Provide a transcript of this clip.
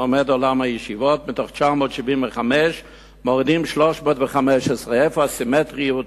עומד עולם הישיבות מתוך 975 מורידים 315. איפה הסימטריה?